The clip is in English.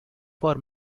for